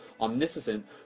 Omniscient